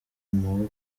amaboko